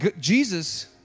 Jesus